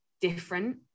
different